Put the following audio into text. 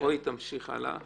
רועי תמשיך הלאה.